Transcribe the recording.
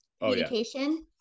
Communication